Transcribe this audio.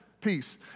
Peace